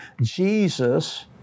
Jesus